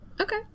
Okay